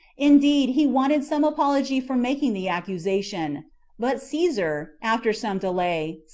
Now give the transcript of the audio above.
indeed he wanted some apology for making the accusation but caesar, after some delay,